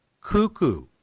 cuckoo